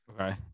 okay